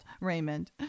Raymond